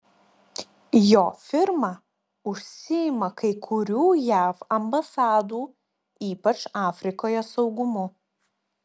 jo firma užsiima kai kurių jav ambasadų ypač afrikoje saugumu